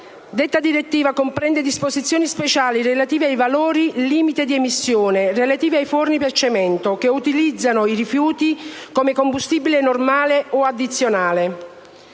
Detta direttiva comprende disposizioni speciali relative ai valori "limite di emissione" relativi ai forni per cemento che utilizzano i rifiuti come combustibile normale o addizionale.